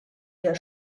der